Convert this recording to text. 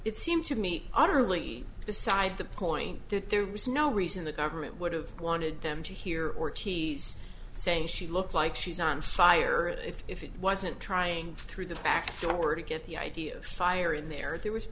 it seemed to me utterly beside the point that there was no reason the government would have wanted them to hear ortiz saying she looks like she's on fire if it wasn't trying through the back door to get the idea of fire in there there was